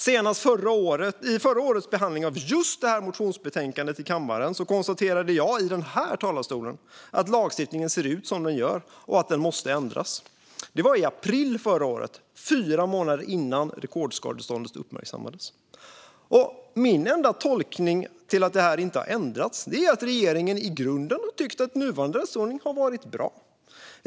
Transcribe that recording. Senast i förra årets behandling av just det här motionsbetänkandet i kammaren konstaterade jag i den här talarstolen att lagstiftningen såg ut på det här sättet och att den måste ändras. Det var i april förra året, fyra månader innan rekordskadeståndet uppmärksammades. Min enda tolkning av att den inte har ändrats är att regeringen i grunden har tyckt att nuvarande rättsordning har varit bra.